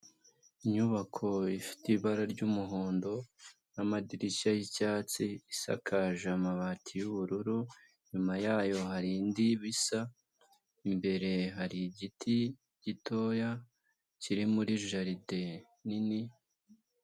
Inyubako ifite ibara ry'umuhondo n'amadirishya y'icyatsi, isakaje amabati y'ubururu, inyuma yayo hari indi bisa, imbere hari igiti gitoya kiri muri jaride nini.